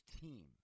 team